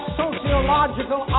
sociological